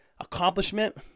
accomplishment